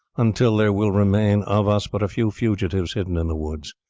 until there will remain of us but a few fugitives hidden in the woods.